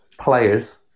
players